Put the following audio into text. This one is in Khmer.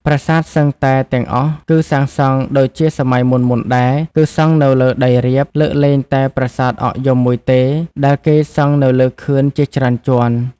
ប្រាសាទសឹងតែទាំងអស់ គឺសាងសង់ដូចជាសម័យមុនៗដែរ គឺសង់នៅលើដីរាប លើកលែងតែប្រាសាទអកយំមួយទេ ដែលគេសង់នៅលើខឿនជាច្រើនជាន់។